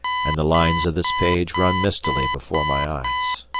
and the lines of this page run mistily before my eyes.